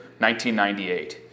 1998